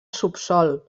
subsòl